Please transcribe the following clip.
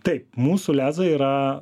taip mūsų lezai yra